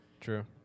true